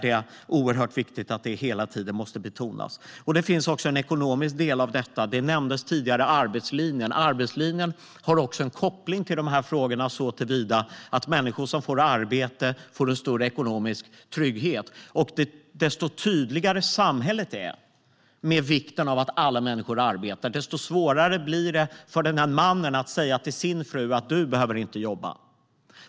Det finns också en ekonomisk del av detta. Arbetslinjen som nämndes tidigare har också en koppling till de här frågorna såtillvida att människor som får arbeta får en större ekonomisk trygghet. Ju tydligare samhället är med vikten av att alla människor arbetar, desto svårare blir det för en man att säga till sin fru att hon inte behöver jobba.